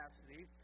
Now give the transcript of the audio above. capacity